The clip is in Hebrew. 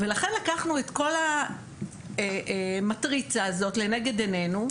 ולכן לקחנו את כל המטריצה הזאת לנגד עינינו,